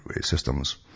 systems